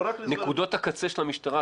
נקודות הקצה של המשטרה,